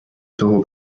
suhu